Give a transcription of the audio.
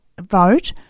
vote